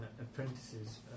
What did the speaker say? Apprentices